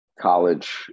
college